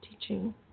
teaching